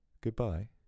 goodbye